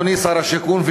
אדוני שר השיכון,